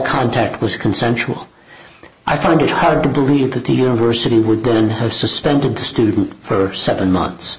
contact was consensual i find it hard to believe that the university with and has suspended the student for seven months